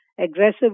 aggressive